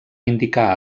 indicar